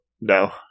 no